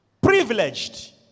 privileged